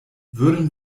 würden